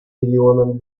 миллионам